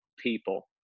people